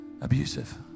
abusive